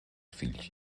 fills